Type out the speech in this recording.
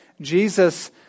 Jesus